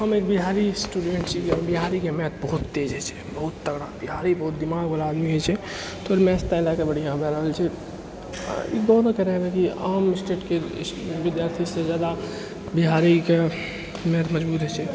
हम एक बिहारी स्टुडेन्ट छी बिहारीके मैथ बहुत तेज होइ छै बहुत तगड़ा बिहारी बहुत दिमागवला आदमी होइ छै तऽ मैथ तैं लअ कऽ बढ़िआँ भए रहल छै आओर ई आम स्टेटके स्टु विद्यार्थीसँ जादा बिहारीके मैथ मजबूत होइ छै